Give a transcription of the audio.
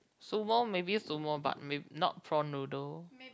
sumo maybe sumo but may~ not prawn noodle